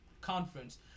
conference